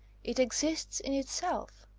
it exists in itself.